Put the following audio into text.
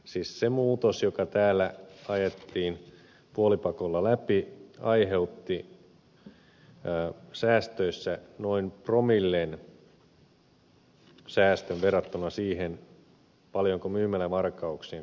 siis se muutos joka täällä ajettiin puolipakolla läpi aiheutti noin promillen säästön verrattuna siihen paljonko myymälävarkauksien kokonaiskustannukset ovat